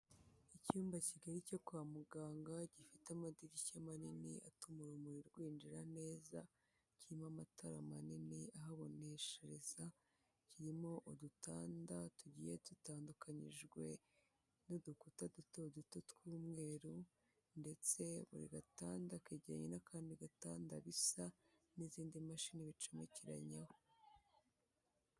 Icyumba kigali cyo kwa muganga, gifite amadirishya manini atuma urumuri rwinjira neza, kirimo amatara manini ahaboneshereza, kirimo udutanda tugiye dutandukanyijwe n'udukuta duto duto tw'umweru ndetse buri gatanda kajyanye n'akandi gatanda bisa, n'izindi mashini bicomekeranyeho.